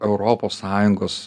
europos sąjungos